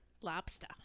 Lobster